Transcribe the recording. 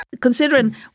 Considering